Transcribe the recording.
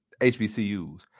HBCUs